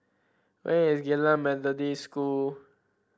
where is Geylang Methodist School